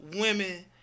women